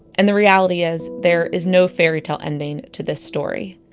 and the reality is, there is no fairy tale ending to this story.